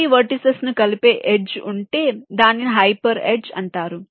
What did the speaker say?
3 vertices ను కలిపే edge ఉంటే దానిని హైపర్ ఎడ్జ్ అంటారు